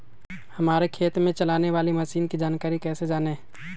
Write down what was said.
हमारे खेत में चलाने वाली मशीन की जानकारी कैसे जाने?